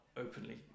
openly